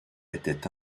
étaient